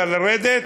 לרדת?